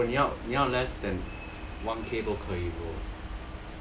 bro 你要你要 less than one K 都可以 bro